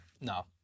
No